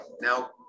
now